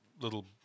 little